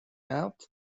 doubt